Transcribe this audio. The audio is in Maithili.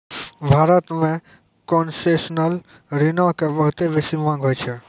भारत मे कोन्सेसनल ऋणो के बहुते बेसी मांग होय छै